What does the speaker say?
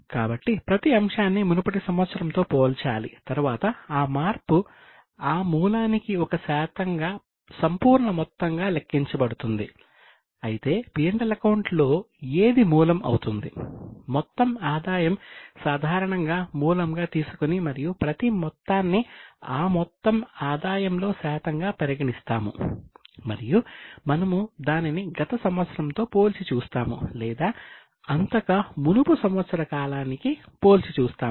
కాబట్టి ప్రతి అంశాన్ని మునుపటి సంవత్సరంతో పోల్చాలి తరువాత ఆ మార్పు ఆ మూలానికి గా పిలుస్తారు